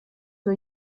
für